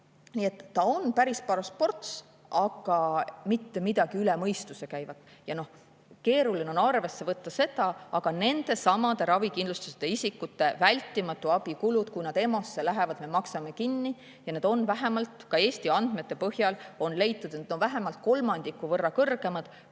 ta on päris paras ports, aga mitte midagi üle mõistuse käivat. Keeruline on arvesse võtta seda, aga nendesamade ravikindlustuseta isikute vältimatu abi kulud, kui nad EMO‑sse lähevad, me maksame kinni ja need on vähemalt, ka Eesti andmete põhjal on leitud, et need on vähemalt kolmandiku võrra [suuremad],